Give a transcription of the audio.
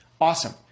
Awesome